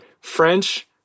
French